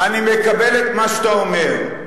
אני מקבל את מה שאתה אומר.